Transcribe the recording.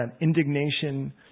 indignation